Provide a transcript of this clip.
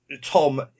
Tom